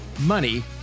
money